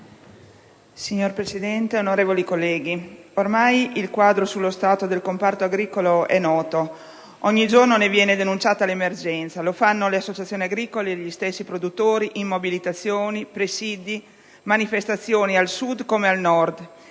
Signor Presidente, onorevoli colleghi, ormai il quadro sullo stato del comparto agricolo è noto. Ogni giorno ne viene denunciata l'emergenza: lo fanno le associazioni agricole e gli stessi produttori in mobilitazioni, presidi, manifestazioni, al Sud come al Nord,